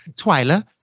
Twyla